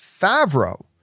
Favreau